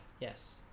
Yes